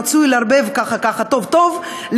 רצוי לערבב ככה טוב-טוב,